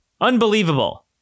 Unbelievable